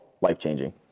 Life-changing